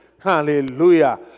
Hallelujah